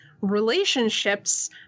relationships